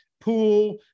pool